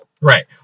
Right